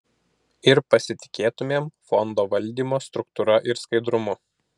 ir pasitikėtumėm fondo valdymo struktūra ir skaidrumu